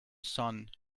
sun